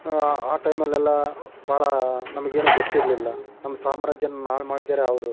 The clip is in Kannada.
ಆ ಟೈಮಲ್ಲೆಲ್ಲ ಭಾಳ ನಮಗೇನು ಗೊತ್ತಿರಲಿಲ್ಲ ನಮ್ಮ ಸಾಮ್ರಾಜ್ಯನ ಹಾಳು ಮಾಡಿದ್ದಾರೆ ಅವರು